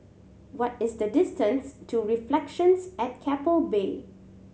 what is the distance to Reflections at Keppel Bay